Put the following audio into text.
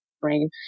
brain